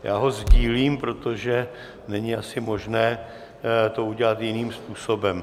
Já ho sdílím, protože není asi možné to udělat jiným způsobem.